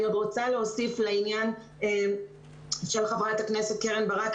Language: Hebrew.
אני רוצה להוסיף לעניין של חברת הכנסת קרן ברק,